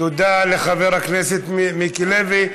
תודה לחבר הכנסת מיקי לוי.